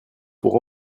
pour